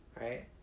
Right